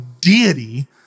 deity